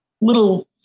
little